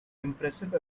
impressive